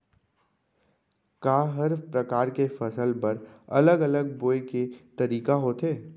का हर प्रकार के फसल बर अलग अलग बोये के तरीका होथे?